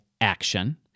action